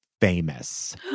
famous